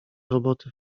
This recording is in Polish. roboty